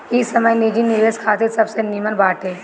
इ समय निजी निवेश खातिर सबसे निमन बाटे